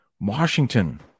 Washington